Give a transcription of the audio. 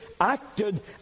acted